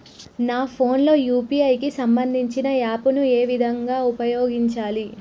నా ఫోన్ లో యూ.పీ.ఐ కి సంబందించిన యాప్ ను ఏ విధంగా ఉపయోగించాలి?